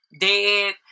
dead